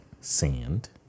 sand